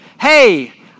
Hey